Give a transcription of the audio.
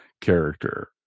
character